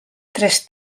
tres